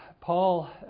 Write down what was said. Paul